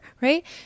right